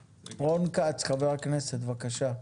חבר הכנסת רון כץ, בבקשה.